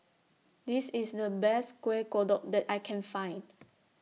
This IS The Best Kueh Kodok that I Can Find